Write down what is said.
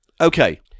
Okay